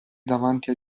davanti